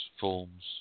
forms